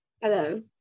Hello